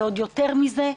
ועוד יותר מזה,